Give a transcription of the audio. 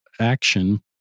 action